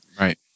Right